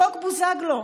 חוק בוזגלו,